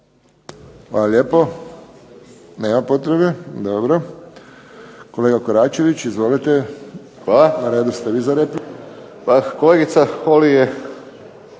Hvala lijepo. Nema potrebe, dobro. Kolega Koračević, izvolite, na redu ste vi za repliku. **Koračević, Zlatko